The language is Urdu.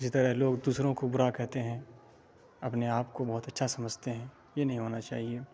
اسی طرح لوگ دوسروں کو برا کہتے ہیں اپنے آپ کو بہت اچھا سمجھتے ہیں یہ نہیں ہونا چاہیے